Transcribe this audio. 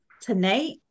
tonight